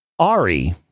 Ari